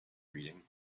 reading